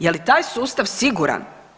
Je li taj sustav siguran?